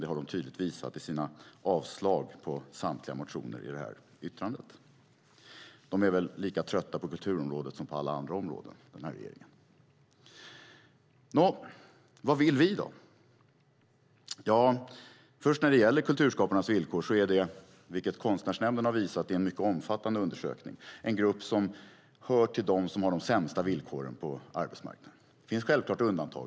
Det har de tydligt visat i sina avslag på samtliga motioner i det här betänkandet. Den här regeringen är väl lika trött på kulturområdet som på alla andra områden. Nå, vad vill vi då? Ja, först gäller det kulturskaparnas villkor. Konstnärsnämnden har visat i en mycket omfattande undersökning att det är en grupp som hör till dem som har de sämsta villkoren på arbetsmarknaden. Det finns självklart undantag.